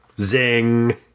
Zing